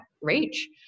reach